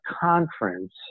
conference